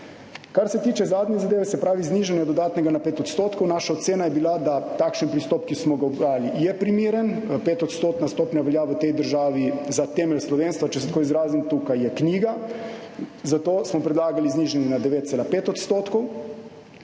Kar se tiče zadnje zadeve, se pravi znižanja dodatnega davka na 5 %. Naša ocena je bila, da je takšen pristop, ki smo ga ubrali, primeren. 5-odstotna stopnja velja v tej državi za temelj slovenstva, če se tako izrazim, tukaj je knjiga. Zato smo predlagali znižanje na 9,5 %. To bo